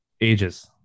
ages